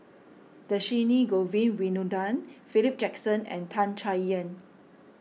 Dhershini Govin Winodan Philip Jackson and Tan Chay Yan